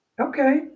Okay